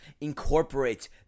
incorporate